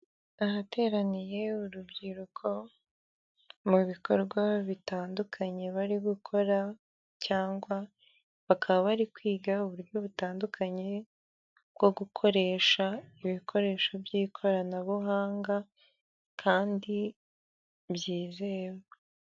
Ahateraniye urubyiruko mu bikorwa bitandukanye bari gukora cyangwa bakaba bari kwiga uburyo butandukanye bwo gukoresha ibikoresho by'ikoranabuhanga kandi byizewe.